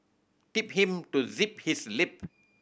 tell him to zip his lip